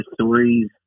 stories